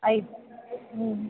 ఐదు